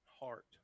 heart